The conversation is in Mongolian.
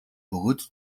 бөгөөд